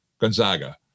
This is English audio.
Gonzaga